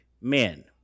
men